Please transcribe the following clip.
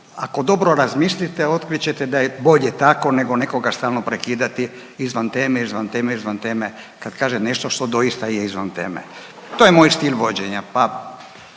ako dobro razmislite otkrit ćete da je bolje tako nego nekoga stalno prekidati izvan teme, izvan teme, izvan teme kad kaže nešto što doista je izvan teme. To je moj stil vođenja,